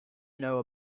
know